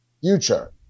future